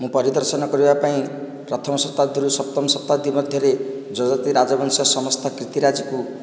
ମୁଁ ପରିଦର୍ଶନ କରିବାପାଇଁ ପ୍ରଥମ ଶତାଦ୍ଦୀରୁ ସପ୍ତମ ଶତାଦ୍ଦୀ ମଧ୍ୟରେ ଯଯାତି ରାଜବଂଶ ସମସ୍ତ କୀର୍ତ୍ତିରାଜିକୁ